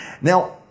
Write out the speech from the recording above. Now